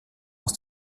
aus